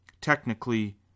technically